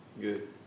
Good